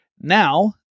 Now